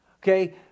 Okay